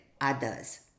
others